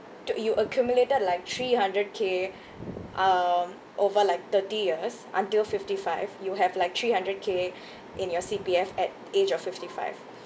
d~ you accumulated like three hundred K um over like thirty years until fifty five you have like three hundred K in your C_P_F at age of fifty five